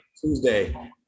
Tuesday